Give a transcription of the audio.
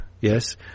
yes